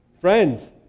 Friends